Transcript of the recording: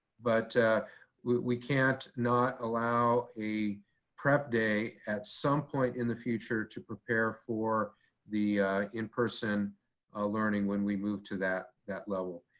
but we can't not allow a prep at some point in the future to prepare for the in person learning when we move to that that level.